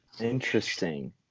Interesting